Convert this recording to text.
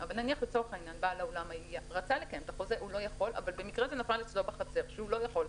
אבל נניח שבעל האולם רצה לקיים את החוזה בחצר אבל הוא לא יכול.